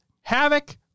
Havoc